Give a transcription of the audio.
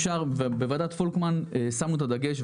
בוועדת פולקמן שמו את הדגש,